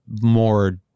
more